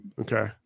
okay